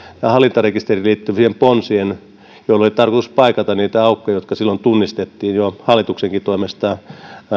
niiden hallintarekisteriin liittyvien ponsien valmistelu joilla oli tarkoitus paikata niitä aukkoja joiden silloin tunnistettiin jo hallituksenkin toimesta